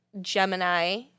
Gemini